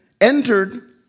entered